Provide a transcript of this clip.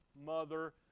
mother